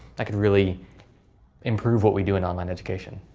that could really improve what we do in online education.